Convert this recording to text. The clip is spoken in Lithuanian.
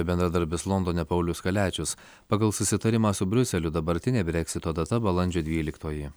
bendradarbis londone paulius kaliačius pagal susitarimą su briuseliu dabartinė breksito data balandžio dvyliktoji